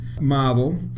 model